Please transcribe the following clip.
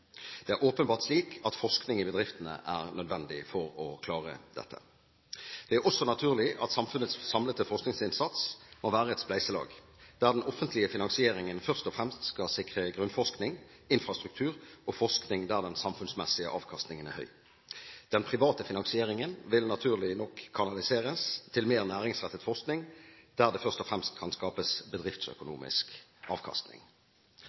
Det er åpenbart slik at forskning i bedriftene er nødvendig for å klare dette. Det er også naturlig at samfunnets samlede forskningsinnsats må være et spleiselag, der den offentlige finansieringen først og fremst skal sikre grunnforskning, infrastruktur og forskning der den samfunnsmessige avkastningen er høy. Den private finansieringen vil naturlig nok kanaliseres til mer næringsrettet forskning der det først og fremst kan skapes bedriftsøkonomisk avkastning.